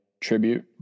tribute